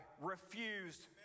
refused